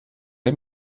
daj